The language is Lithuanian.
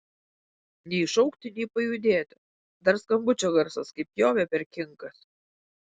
nei šaukti nei pajudėti dar skambučio garsas kaip pjovė per kinkas